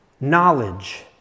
knowledge